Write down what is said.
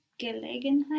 Gelegenheit